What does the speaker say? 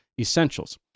essentials